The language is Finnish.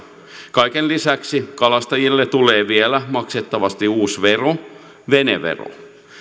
kaiken lisäksi kalastajille tulee vielä maksettavaksi uusi vero venevero